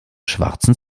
schwarzen